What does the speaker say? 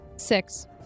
six